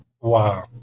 Wow